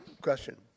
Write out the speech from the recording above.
Question